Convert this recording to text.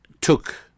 took